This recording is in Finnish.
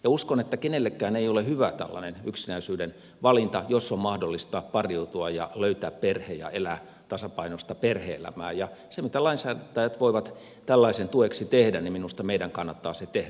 uskon että kenellekään ei ole hyvä tällainen yksinäisyyden valinta jos on mahdollista pariutua ja löytää perhe ja elää tasapainoista perhe elämää ja se mitä lainsäätäjät voivat tällaisen tueksi tehdä minusta meidän kannattaa tehdä